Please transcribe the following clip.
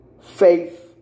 faith